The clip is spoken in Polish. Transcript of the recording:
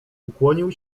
ukłonił